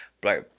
Black